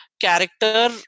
character